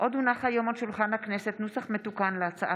רם שפע,